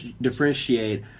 differentiate